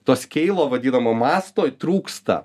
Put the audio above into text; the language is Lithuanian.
to skeilo vadinamo mąsto trūksta